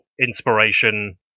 inspiration